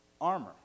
armor